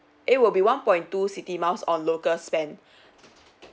eh will be one point two citi miles on local spend